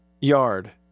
yard